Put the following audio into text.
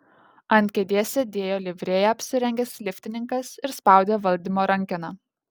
ant kėdės sėdėjo livrėja apsirengęs liftininkas ir spaudė valdymo rankeną